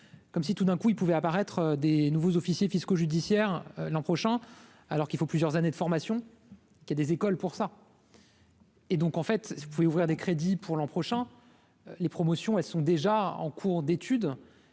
comme si tout d'un coup, il pouvait apparaître des nouveaux officiers fiscaux judiciaires l'an prochain, alors qu'il faut plusieurs années de formation qui y a des écoles pour ça. Et donc, en fait, vous pouvez ouvrir des crédits pour l'an prochain, les promotions, elles sont déjà en cours d'étude